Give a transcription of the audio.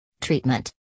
Treatment